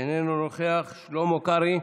איננו נוכח, שלמה קרעי,